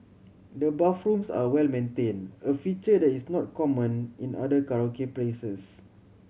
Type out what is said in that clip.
the bathrooms are well maintained a feature that is not common in other karaoke places